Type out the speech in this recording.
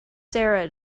sarah